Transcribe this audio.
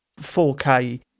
4K